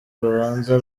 urubanza